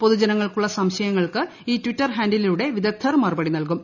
പൊതുജനങ്ങൾക്കുള്ള സംശയങ്ങൾക്ക് ഈ ടിറ്റർ ഹാന്റിലൂടെ വിദഗ്ധർ മറുപടി നല്കും